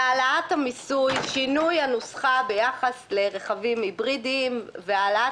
הוא שינוי הנוסחה ביחס לרכבים היברידיים והעלאת